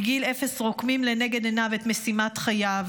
מגיל אפס רוקמים לנגד עיניו את משימת חייו,